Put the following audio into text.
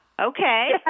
Okay